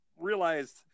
realized